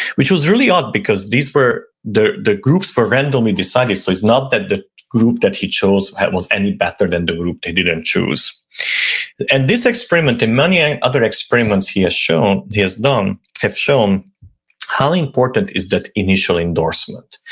which was really odd because these were, the the groups were randomly decided, so it's not that the group that he chose was any better than the group they didn't choose and this experiment and many and other experiments he has shown, he has done have shown how important is that initial endorsement?